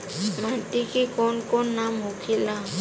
माटी के कौन कौन नाम होखे ला?